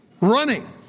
running